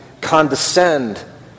condescend